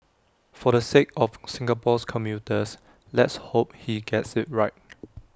for the sake of Singapore's commuters let's hope he gets IT right